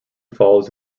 falls